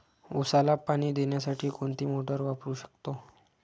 उसाला पाणी देण्यासाठी कोणती मोटार वापरू शकतो?